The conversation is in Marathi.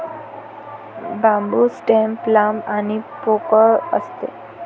बांबू स्टेम लांब आणि पोकळ असते